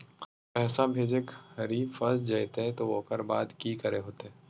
पैसा भेजे घरी फस जयते तो ओकर बाद की करे होते?